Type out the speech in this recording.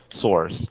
source